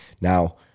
Now